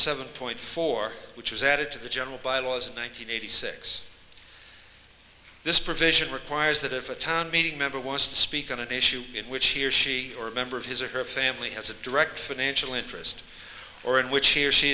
seven point four which was added to the general bylaws nine hundred eighty six this provision requires that if a town meeting member wants to speak on an issue in which he or she or a member of his or her family has a direct financial interest or in which he or she